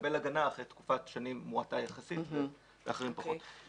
יקבל הגנה אחרי תקופת שנים מועטה יחסית ואחרים פחות.